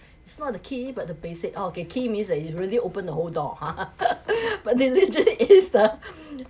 it's not the key but the basic orh okay key means that you really open the whole door ha but diligence is the